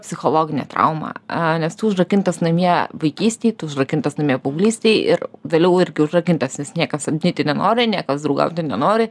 psichologinė trauma a nes tu užrakintas namie vaikystėj užrakintas namie paauglystėj ir vėliau irgi užrakintas nes niekas samdyti nenori niekas draugauti nenori